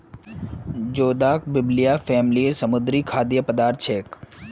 जोदाक बिब्लिया फॅमिलीर समुद्री खाद्य पदार्थ छे